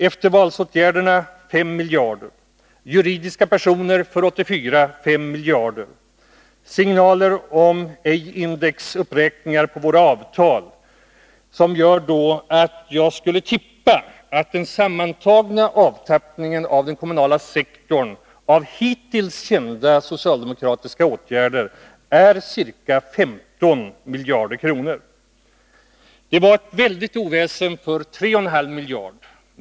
Eftervalsåtgärderna betyder ca 5 miljarder kronor och beskattningen av juridiska personer för 1984 ca 5 miljarder kronor. Därtill kommer signalerna om avskaffade indexuppräkningar beträffande avtalen mellan regeringen och kommunerna. Jag skulle tippa att den sammantagna avtappningen av den kommunala sektorn genom hittills kända socialdemokratiska åtgärder blir ca 15 miljarder kronor. Det var ett väldigt oväsen om de 3,5 miljarder kronorna.